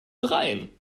dreien